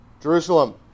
Jerusalem